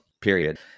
period